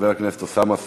של חבר הכנסת אוסאמה סעדי.